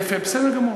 יפה, בסדר גמור.